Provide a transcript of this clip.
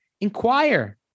Inquire